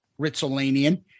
Ritzelanian